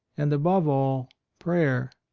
and above all prayer.